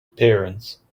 appearance